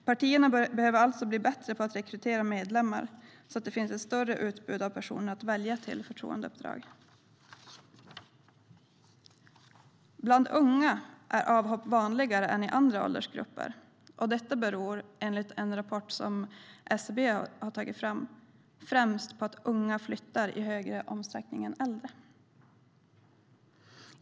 Partierna behöver alltså bli bättre på att rekrytera medlemmar så att det finns ett större utbud av personer att välja till förtroendeuppdrag. Bland unga är avhopp vanligare än i andra åldersgrupper. Detta beror främst på, enligt en rapport som SCB har tagit fram, att unga flyttar i högre utsträckning än äldre.